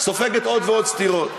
סופגת עוד ועוד סטירות.